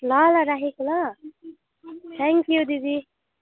ल ल राखेको ल थ्याङ्क्यु दिदी